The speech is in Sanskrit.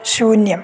शून्यम्